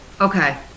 okay